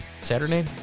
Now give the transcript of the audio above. Saturday